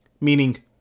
Meaning